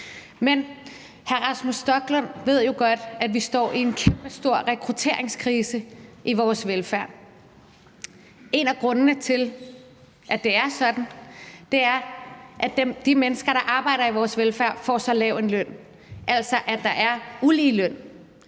selv. Hr. Rasmus Stoklund ved jo godt, at vi står med en kæmpestor rekrutteringskrise i vores velfærdssektor. En af grundene til, at det er sådan, er, at de mennesker, der arbejder i vores velfærdssektor, får så lav en løn, at der altså er uligeløn.